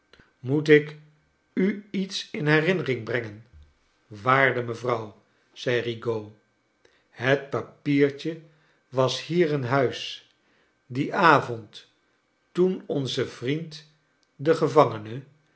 moet ik u iets in herinnering brengen waarde mevrouw zei rigaud het papiertje was hier in huis dien avond toen onze vriend de gevangene